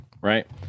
right